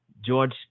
George